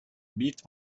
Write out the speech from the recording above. bit